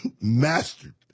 mastered